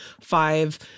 five